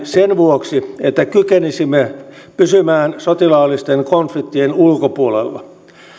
sen vuoksi että kykenisimme pysymään sotilaallisten konfliktien ulkopuolella